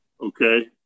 Okay